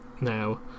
Now